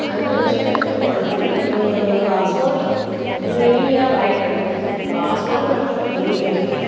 അതിന് പക്ഷേ ഒരു കുഴപ്പമുണ്ട് പാസ്പോർട്ട് റിന്യു ചെയ്യാറായിട്ടുണ്ട് പാസ്പോർട്ട് പെട്ടെന്ന് റിന്യു ചെയ്ത് കിട്ടണം